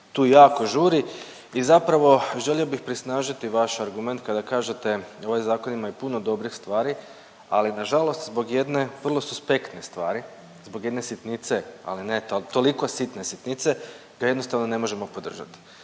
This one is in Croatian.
tu jako žuri i zapravo želio bih prisnažiti vaš argument kada kažete ovaj zakon ima i puno dobrih stvari ali na žalost zbog jedne vrlo suspektne stvari, zbog jedne sitnice, ali ne toliko sitne sitnice ga jednostavno ne možemo podržati.